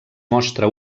mostra